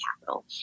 capital